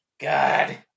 god